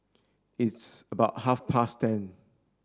its about half past ten